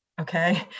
okay